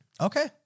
Okay